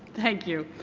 thank you.